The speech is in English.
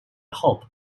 hoop